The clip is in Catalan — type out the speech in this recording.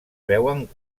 veuen